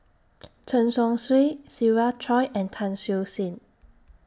Chen Chong Swee Siva Choy and Tan Siew Sin